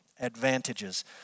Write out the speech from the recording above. advantages